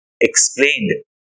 explained